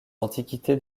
antiquités